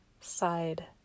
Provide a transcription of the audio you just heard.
side